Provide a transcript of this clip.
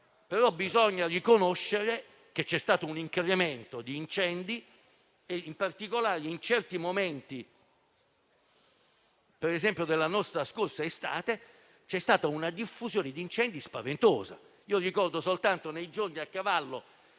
ma bisogna riconoscere che c'è stato un incremento degli incendi e, in particolare, in certi momenti, ad esempio della scorsa estate, c'è stata una diffusione degli incendi spaventosa. Ricordo soltanto i giorni a cavallo